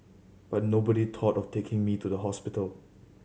but nobody thought of taking me to the hospital